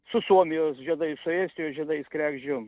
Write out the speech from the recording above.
su suomijos žiedais su estijos žiedais kregždžių